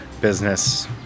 business